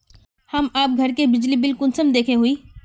हम आप घर के बिजली बिल कुंसम देखे हुई?